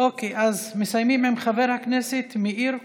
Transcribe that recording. אוקיי, אז מסיימים עם חבר הכנסת מאיר כהן,